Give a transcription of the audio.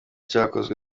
cyakozwe